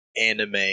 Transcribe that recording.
anime